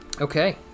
okay